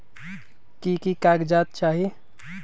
की की कागज़ात चाही?